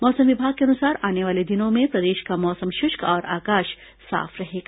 मौसम विभाग के अनुसार आने वाले दिनों में प्रदेश का मौसम शुष्क और आकाश साफ रहेगा